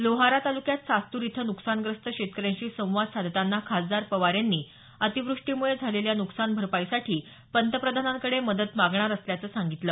लोहारा तालुक्यात सास्तूर इथं नुकसानग्रस्त शेतकऱ्यांशी संवाद साधताना खासदार पवार यांनी अतिवृष्टीमुळे झालेल्या नुकसान भरपाईसाठी पंतप्रधानांकडे मदत मागणार असल्याचं सांगितलं